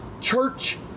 church